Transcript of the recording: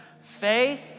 faith